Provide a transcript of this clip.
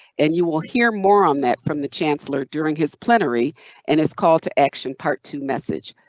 and you will hear more on that from the chancellor during his plenary and his call to action part two message.